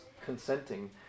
consenting